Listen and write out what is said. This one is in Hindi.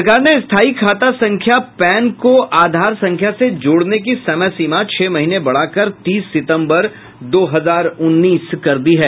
सरकार ने स्थायी खाता संख्या पैन को आधार संख्या से जोड़ने की समयसीमा छह महीने बढ़ाकर तीस सितंबर दो हजार उन्नीस कर दी है